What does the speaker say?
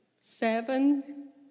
seven